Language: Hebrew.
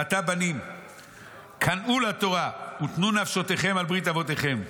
ועתה בנים קנאו לתורה ותנו נפשותיכם על ברית אבותיכם.